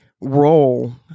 role